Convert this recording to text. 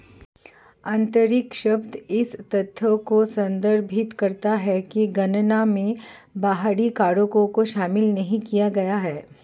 आंतरिक शब्द इस तथ्य को संदर्भित करता है कि गणना में बाहरी कारकों को शामिल नहीं किया गया है